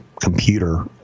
computer